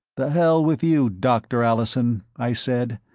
the hell with you, dr. allison, i said,